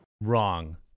Wrong